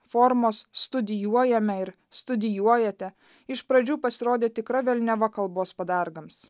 formos studijuojame ir studijuojate iš pradžių pasirodė tikra velniava kalbos padargams